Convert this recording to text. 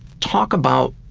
talk about,